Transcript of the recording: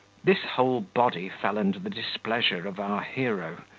this whole body fell under the displeasure of our hero,